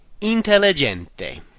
Intelligente